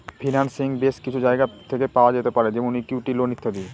financing base কিছু জায়গা থেকে পাওয়া যেতে পারে যেমন ইকুইটি, লোন ইত্যাদি